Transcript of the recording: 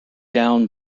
down